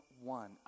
one